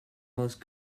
most